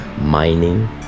mining